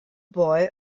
boy